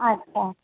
अच्छा